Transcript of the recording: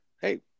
hey